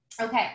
Okay